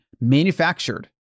manufactured